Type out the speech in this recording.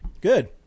Good